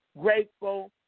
grateful